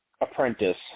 apprentice